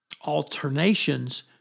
alternations